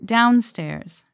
Downstairs